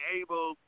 able